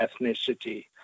ethnicity